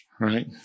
right